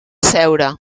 asseure